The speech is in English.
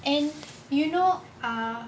and you know ah